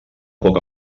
poc